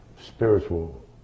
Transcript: spiritual